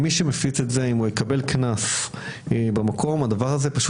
אם מי שמפיץ את זה יקבל קנס במקום, הדבר הזה יכול